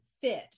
fit